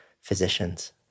physicians